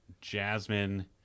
Jasmine